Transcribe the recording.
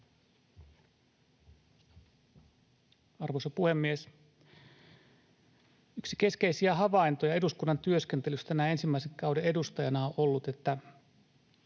Arvoisa puhemies! Yksi keskeisiä havaintoja eduskunnan työskentelystä näin ensimmäisen kauden edustajana on ollut, että